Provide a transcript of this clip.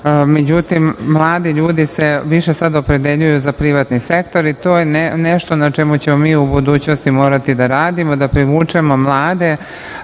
Međutim, mladi ljudi se više sada opredeljuju za privatni sektor i to je nešto na čemu ćemo mi u budućnosti morati da radimo, da privučemo mlade,